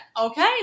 okay